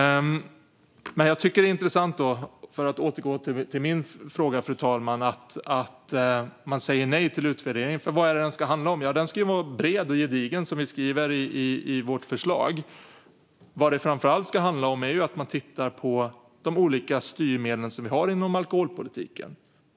Fru talman! För att återgå till min fråga tycker jag att det är intressant att man säger nej till utvärderingen. För vad är det den ska handla om? Den ska vara bred och gedigen, som vi skriver i vårt förslag. Den ska framför allt handla om att titta på de olika styrmedel som vi har inom alkoholpolitiken.